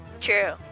true